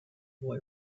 boy